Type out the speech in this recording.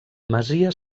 masia